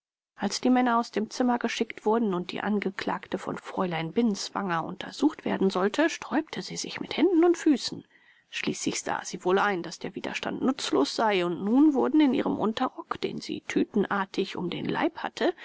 als die männer aus dem zimmer geschickt wurden und die angeklagte von fräulein binswanger untersucht werden sollte sträubte sie sich mit händen und füßen schließlich sah sie wohl ein daß der widerstand nutzlos sei und nun wurden in ihrem unterrock den sie tütenartig um den leib hatte